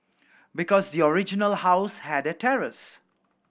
because the original house had a terrace